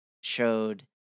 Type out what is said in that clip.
showed